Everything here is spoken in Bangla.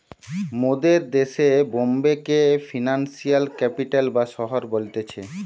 মোদের দেশে বোম্বে কে ফিনান্সিয়াল ক্যাপিটাল বা শহর বলতিছে